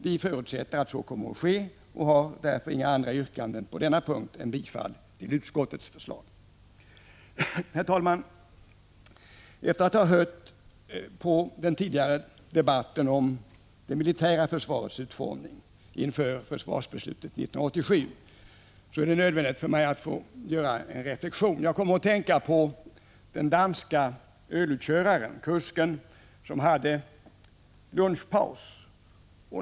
Vi förutsätter att så kommer att ske och har inga andra yrkanden på denna punkt än om bifall till utskottets förslag. Herr talman! Efter att ha lyssnat på den tidigare debatten om det militära försvarets utformning inför försvarsbeslutet 1987 är det nödvändigt för mig att få göra en reflexion. Jag kom att tänka på den danske ölutköraren, kusken som hade lunchpaus.